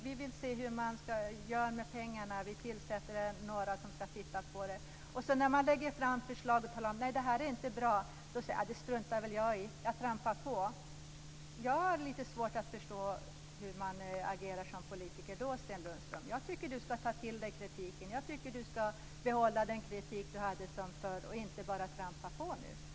Vi vill se hur man gör med pengarna, och vi tillsätter några som ska titta på det. När vi då lägger fram förslaget och säger att det inte är bra, säger ni att ni struntar i det. Och ni trampar bara på. Jag har lite svårt att förstå hur man agerar som politiker då. Jag tycker att Sten Lundström ska ta till sig kritiken och behålla den kritik han hade förr, och inte bara trampa på.